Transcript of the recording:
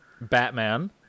Batman